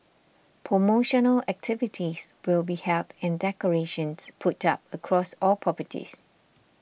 promotional activities will be held and decorations put up across all properties